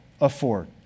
afford